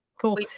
cool